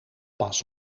pas